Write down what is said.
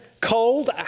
cold